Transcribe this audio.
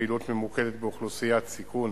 פעילות ממוקדת באוכלוסיית סיכון